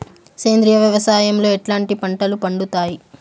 సేంద్రియ వ్యవసాయం లో ఎట్లాంటి పంటలు పండుతాయి